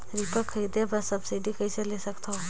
Reaper खरीदे बर subsidy कइसे ले सकथव?